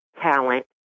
talent